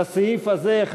לסעיף הזה,